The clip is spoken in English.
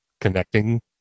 connecting